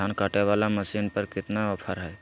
धान कटे बाला मसीन पर कितना ऑफर हाय?